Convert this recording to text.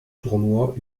tournoi